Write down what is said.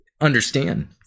understand